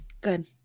Good